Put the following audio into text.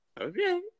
Okay